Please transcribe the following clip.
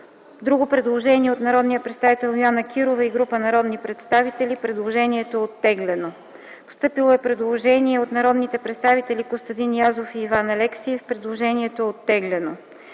Друго предложение от народния представител Йоана Кирова и група народни представители – предложението е оттеглено. Постъпило е предложение от народните представители Костадин Язов и Иван Алексиев – предложението е оттеглено.